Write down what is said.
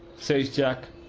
says jack,